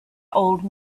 old